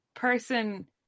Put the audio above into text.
person